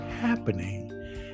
happening